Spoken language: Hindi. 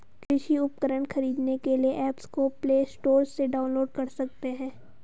कृषि उपकरण खरीदने के लिए एप्स को प्ले स्टोर से डाउनलोड कर सकते हैं